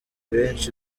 benshi